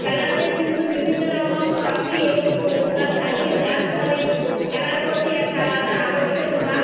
খেলাতে কিন্তু বিভিন্ন রকম ট্রফি এবং পুরস্কার থাকে যার ফলে খেলার প্রতি একটা আলাদা আকর্ষণ বা